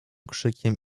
krzykiem